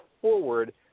forward